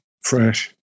fresh